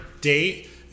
date